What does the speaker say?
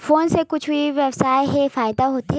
Phone से कुछु ई व्यवसाय हे फ़ायदा होथे?